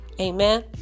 amen